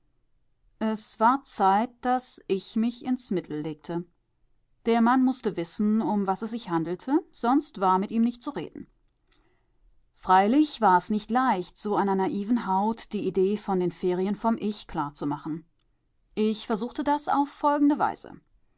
es war zeit daß ich mich ins mittel legte der mann mußte wissen um was es sich handelte sonst war mit ihm nicht zu reden freilich war es nicht leicht so einer naiven haut die idee von den ferien vom ich klarzumachen ich versuchte das auf folgende weise